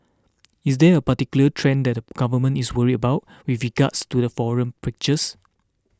is there a particular trend that the government is worried about with regards to the foreign preachers